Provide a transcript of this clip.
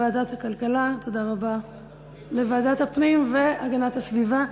לוועדת הפנים והגנת הסביבה.